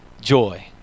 joy